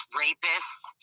rapists